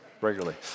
regularly